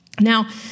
Now